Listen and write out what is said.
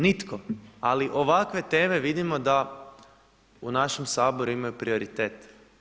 Nitko, ali ovakve teme vidimo da u našem Saboru imaju prioritet.